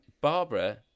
Barbara